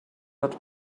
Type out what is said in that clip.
but